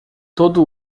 todo